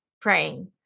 praying